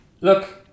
Look